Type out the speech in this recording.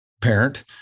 parent